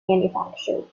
manufactured